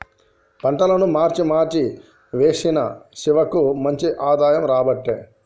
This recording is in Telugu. పంటలను మార్చి మార్చి వేశిన శివకు మంచి ఆదాయం రాబట్టే